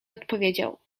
odpowiedział